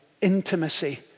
intimacy